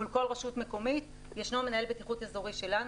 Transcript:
מול כל רשות מקומית ישנו מנהל בטיחות אזורי שלנו,